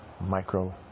micro